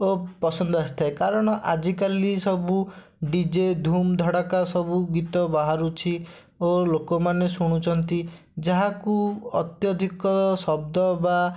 ଓ ପସନ୍ଦ ଆସିଥାଏ କାରଣ ଆଜିକାଲି ସବୁ ଡି ଜେ ଧୂମ ଧଡ଼ାକା ସବୁ ଗୀତ ବାହାରୁଛି ଓ ଲୋକମାନେ ଶୁଣୁଛନ୍ତି ଯାହାକୁ ଅତ୍ୟଧିକ ଶବ୍ଦ ବା